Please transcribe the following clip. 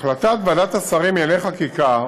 החלטת ועדת השרים לענייני חקיקה